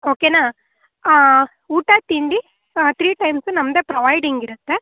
ಓಕೆನಾ ಹಾಂ ಊಟ ತಿಂಡಿ ತ್ರೀ ಟೈಮ್ಸು ನಮ್ಮದೇ ಪ್ರೊವೈಡಿಂಗ್ ಇರುತ್ತೆ